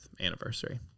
anniversary